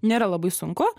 nėra labai sunku